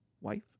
wife